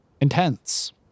Intense